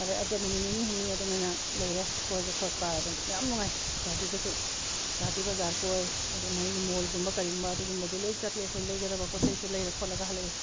ꯑꯗ ꯅꯨꯃꯤꯠ ꯅꯤꯅꯤ ꯍꯨꯝꯅꯤ ꯑꯗꯨꯃꯥꯏꯅ ꯂꯩꯔꯦ ꯀꯣꯏꯕ ꯈꯣꯠꯄ ꯑꯗꯨꯝ ꯌꯥꯝ ꯅꯨꯡꯉꯥꯏ ꯒꯨꯍꯥꯇꯤꯗꯁꯨ ꯒꯨꯍꯥꯇꯤ ꯕꯖꯥꯔ ꯀꯣꯏ ꯑꯗ ꯃꯣꯏꯒꯤ ꯃꯣꯜꯒꯨꯝꯕ ꯀꯔꯤꯒꯨꯝꯕ ꯑꯗꯨꯒꯨꯝꯕꯗꯣ ꯂꯣꯏ ꯆꯠꯂꯦ ꯑꯩꯈꯣꯏ ꯂꯩꯒꯗꯕ ꯄꯣꯠ ꯆꯩꯁꯨ ꯂꯩꯔ ꯈꯣꯠꯂꯒ ꯍꯜꯂꯛꯑꯦ